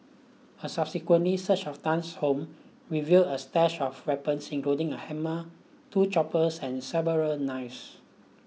a subsequently search of Tan's home revealed a stash of weapons including a hammer two choppers and several knives